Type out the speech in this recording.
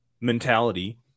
mentality